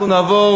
אנחנו נעבור